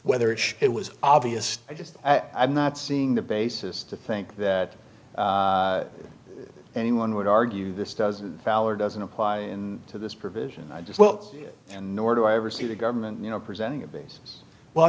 whether it was obvious i just i'm not seeing the basis to think that anyone would argue this doesn't fall or doesn't apply to this provision i just well and nor do i ever see the government you know presenting a basis well i